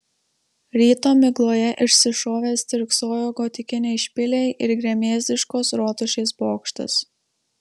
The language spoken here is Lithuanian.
ryto migloje išsišovę stirksojo gotikiniai špiliai ir gremėzdiškos rotušės bokštas